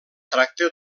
tracta